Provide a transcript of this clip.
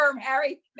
Harry